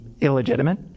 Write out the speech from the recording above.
illegitimate